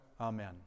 Amen